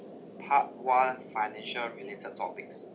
part one financial related topics